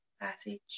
passage